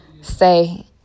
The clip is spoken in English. say